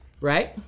right